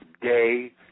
day